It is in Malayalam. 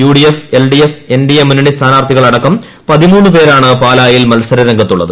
U D F L D F N D A മുന്നണി സ്ഥാനാർത്ഥികളടക്കം പതിമൂന്ന്പേരാണ് പാലായിൽ മൽസര രംഗത്തുള്ളത്